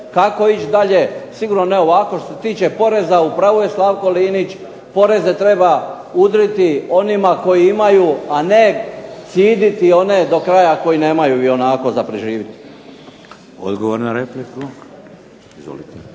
Kako ići dalje? Sigurno ići ovako. Što se tiče poreza u pravu je Slavko Linić poreze treba udriti onima koji imaju, a ne ciditi one koji nemaju ionako za preživit. **Šeks, Vladimir